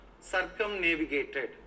circumnavigated